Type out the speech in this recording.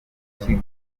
akazi